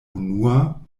unua